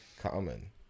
common